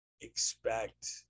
expect